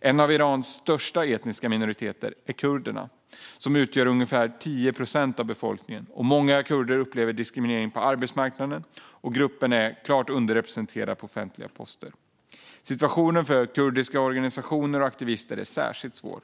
En av Irans största etniska minoriteter är kurderna, som utgör ungefär 10 procent av befolkningen. Många kurder upplever diskriminering på arbetsmarknaden, och gruppen är klart underrepresenterad på offentliga poster. Situationen för kurdiska organisationer och aktivister är särskilt svår.